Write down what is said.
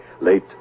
late